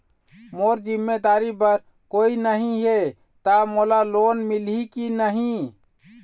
मोर जिम्मेदारी बर कोई नहीं हे त मोला लोन मिलही की नहीं?